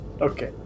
Okay